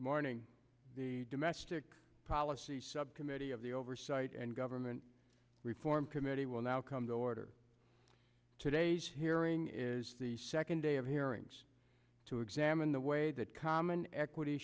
morning the domestic policy subcommittee of the oversight and government reform committee will now come to order today's hearing is the second day of here things to examine the way that common equity